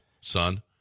son